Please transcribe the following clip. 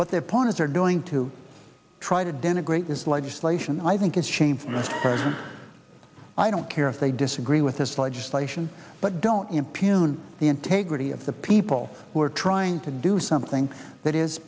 what the opponents are doing to try to denigrate his legislation i think it's shameful i don't care if they disagree with this legislation but don't impugn the integrity of the people who are trying to do something that is